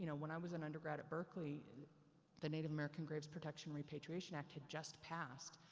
you know when i was in undergrad at berkley the native american graves protection repatriation act had just passed.